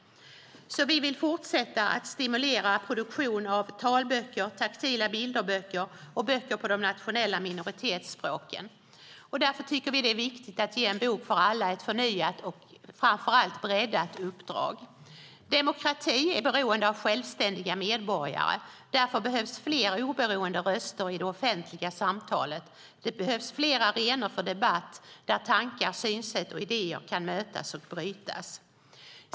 Vi vill därför fortsätta att stimulera produktion av talböcker, taktila bilderböcker och böcker på de nationella minoritetsspråken. Därför tycker vi att det är viktigt att ge En bok för alla ett förnyat och framför allt breddat uppdrag. Demokrati är beroende av självständiga medborgare. Därför behövs fler oberoende röster i det offentliga samtalet. Det behövs fler arenor för debatt där tankar, synsätt och idéer kan mötas och brytas.